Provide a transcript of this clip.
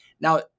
Now